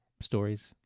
stories